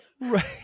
Right